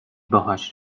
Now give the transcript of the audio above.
باهاش